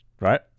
right